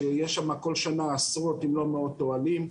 שיש שם כל שנה עשרות אם לא מאות אוהלים.